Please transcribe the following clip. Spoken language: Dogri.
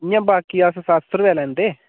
इ'यां बाकी अस सत्त सौ रपेआ लैंदे